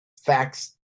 facts